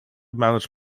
managed